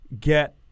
get